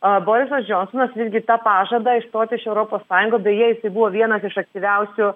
o borisas džonsonas visgi tą pažadą išstoti iš europos sąjungos beja jisai buvo vienas iš aktyviausių